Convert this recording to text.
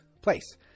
place